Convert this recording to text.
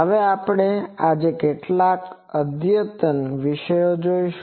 હવે આપણે આજે કેટલાક અદ્યતન વિષયો જોશું